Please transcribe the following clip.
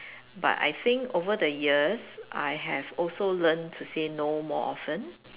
but I think that over the years I have also learnt to say no more often